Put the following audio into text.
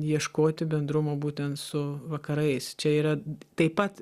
ieškoti bendrumo būtent su vakarais čia yra taip pat